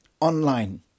online